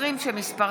התש"ף 2020, שמספרה